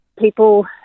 people